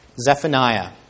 Zephaniah